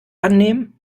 annehmen